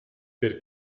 per